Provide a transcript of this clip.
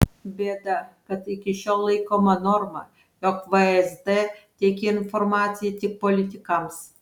bėda kad iki šiol laikoma norma jog vsd teikia informaciją tik politikams